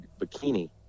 bikini